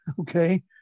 okay